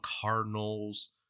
Cardinals